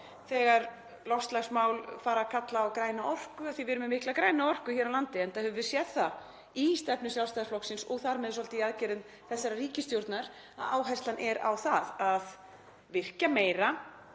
þegar loftslagsmál fara að kalla á græna orku af því að við höfum mjög mikla græna orku hér á landi, enda höfum við séð það í stefnu Sjálfstæðisflokksins og þar með svolítið í aðgerðum þessarar ríkisstjórnar að áherslan er á það að virkja meira